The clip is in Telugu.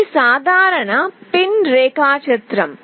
ఇది సాధారణ పిన్ రేఖాచిత్రం